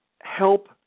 help